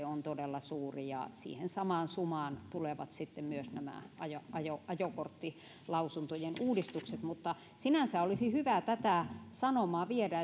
on todella suuri ja siihen samaan sumaan tulevat sitten myös nämä ajokorttilausuntojen uudistukset mutta sinänsä olisi hyvä tätä sanomaa viedä